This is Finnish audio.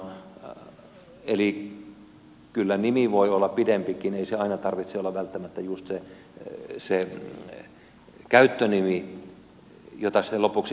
eli kyllä nimi voi olla pidempikin ei sen aina tarvitse olla välttämättä just se käyttönimi jota sitten lopuksi käytetään